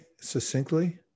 succinctly